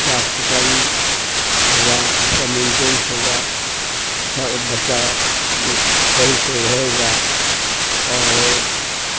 صاف صفائی ہوگا اس کا مینٹینینس ہوگا سب بچہ صحیح سے رہے گا اور